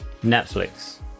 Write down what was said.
Netflix